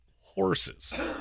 horses